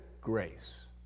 grace